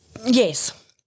yes